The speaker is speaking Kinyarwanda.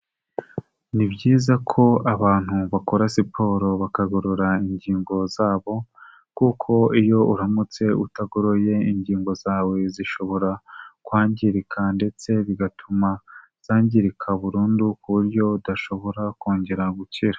Ni byiza ko abantu bakora siporo bakagorora ingingo zabo, kuko iyo uramutse utagoroye ingingo zawe zishobora kwangirika ndetse bigatuma zangirika burundu ku buryo udashobora kongera gukira.